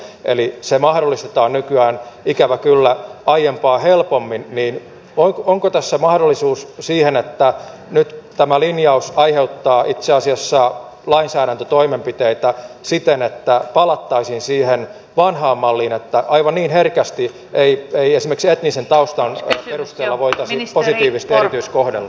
eli kun se mahdollistetaan nykyään ikävä kyllä aiempaa helpommin niin onko tässä mahdollisuus siihen että nyt tämä linjaus aiheuttaa itse asiassa lainsäädäntötoimenpiteitä siten että palattaisiin siihen vanhaan malliin että aivan niin herkästi ei esimerkiksi etnisen taustan perusteella voitaisi positiivisesti erityiskohdella